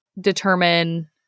determine